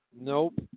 Nope